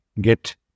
get